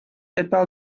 etwa